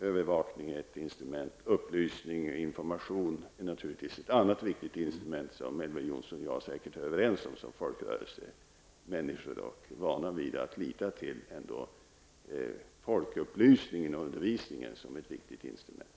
Övervakning är ett instrument, och upplysning och information är naturligtvis ett annat viktigt instrument, vilket säkert Elver Jonsson och jag är överens om som engagerade i folkrörelser och vana vid att lita till folkupplysningen och undervisningen som ett viktigt instrument.